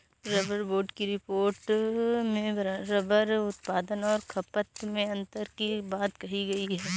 rubber board की report में rubber उत्पादन और खपत में अन्तर की बात कही गई